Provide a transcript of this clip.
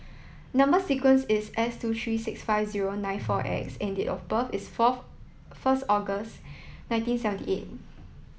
number sequence is S two tree six five zero nine four X and date of birth is fourth first August nineteen seventy eight